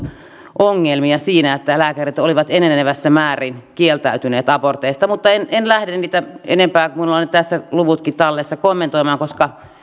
ongelmia siinä että lääkärit olivat enenevässä määrin kieltäytyneet aborteista mutta en en lähde niitä enempää kommentoimaan kun minulla on tässä luvutkin tallessa koska